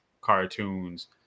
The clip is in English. cartoons